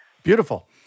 Beautiful